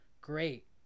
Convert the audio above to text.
great